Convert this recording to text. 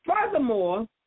furthermore